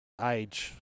age